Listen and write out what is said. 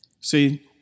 See